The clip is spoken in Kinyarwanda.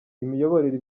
imiyoborere